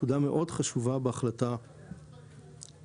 נקודה מאוד חשובה בהחלטה לעבור.